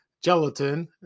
Gelatin